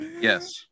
Yes